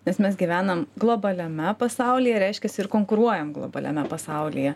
nes mes gyvenam globaliame pasaulyje reiškiasi ir konkuruojam globaliame pasaulyje